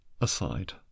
aside